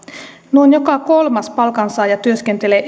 noin joka kolmas palkansaaja työskentelee